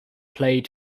played